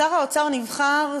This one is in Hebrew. שר האוצר נבחר,